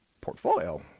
portfolio